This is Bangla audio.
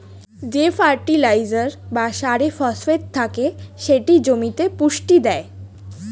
যে ফার্টিলাইজার বা সারে ফসফেট থাকে সেটি জমিতে পুষ্টি দেয়